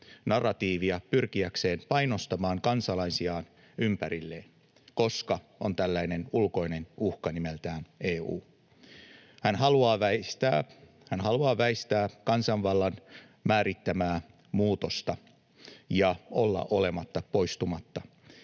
narratiivia pyrkiäkseen painostamaan kansalaisiaan ympärilleen, koska on tällainen ulkoinen uhka nimeltään EU. Hän haluaa väistää — hän haluaa väistää — kansanvallan määrittämää muutosta ja olla poistumatta